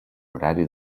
horari